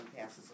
passes